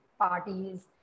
parties